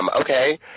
okay